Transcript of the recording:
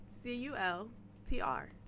C-U-L-T-R